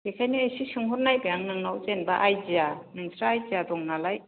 बेखायनो एसे सोंहरनायबाय आं नोंनाव जेनेबा आइडिया नोंस्रा आइडिया दं नालाय